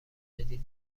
جدید